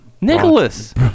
Nicholas